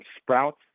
sprouts